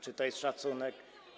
Czy to jest szacunek?